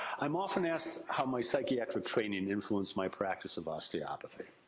i'm often asked how my psychiatric training influenced my practice of osteopathy.